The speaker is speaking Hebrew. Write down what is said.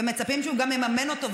ומצפים שהוא גם יממן אותן,